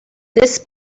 this